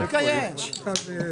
לגבי הנושא שהציגה נציגת האוצר,